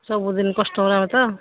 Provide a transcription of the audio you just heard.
ସବୁଦିନ କଷ୍ଟମର ଆମେ ତ